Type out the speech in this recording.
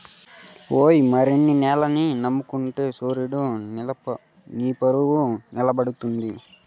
ఓయి మారన్న నేలని నమ్ముకుంటే సూడు నీపరువు నిలబడతది